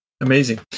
Amazing